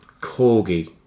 Corgi